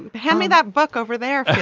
how me that book over there